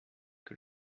que